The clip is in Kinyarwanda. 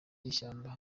ishyamba